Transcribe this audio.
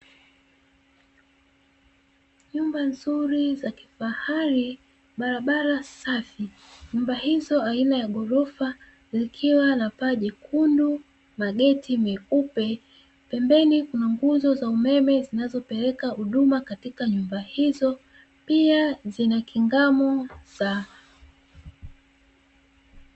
Nyumba nzuri za kifahari, barabara safi nyumba hizo aina ya ghorofa zikiwa na paa jekundu mageti meupe, pembeni kuna nguzo za umeme zinazopeleka huduma katika nyumba hizo pia zina kingamo sawa.